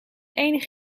enig